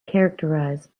characterized